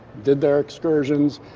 did their excursions,